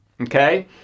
Okay